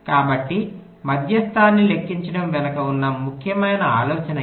కాబట్టి మధ్యస్థాన్ని లెక్కించడం వెనుక ఉన్న ముఖ్యమైన ఆలోచన ఇది